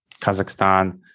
Kazakhstan